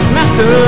Master